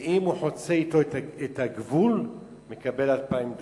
ואם הוא חוצה אתו את הגבול הוא מקבל 2,000 דולר.